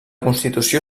constitució